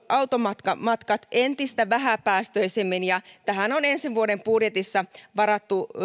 automatkat entistä vähäpäästöisemmin tähän on ensi vuoden budjetissa varattu